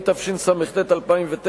התשס"ט 2009,